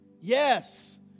Yes